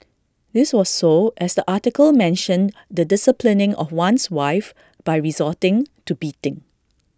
this was so as the article mentioned the disciplining of one's wife by resorting to beating